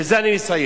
ובזה אני מסיים.